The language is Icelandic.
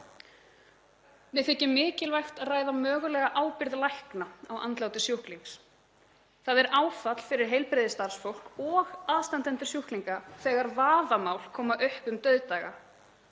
Mér þykir mikilvægt að ræða mögulega ábyrgð lækna á andláti sjúklings. Það er áfall fyrir heilbrigðisstarfsfólk og aðstandendur sjúklinga þegar vafamál koma upp um dauðdaga.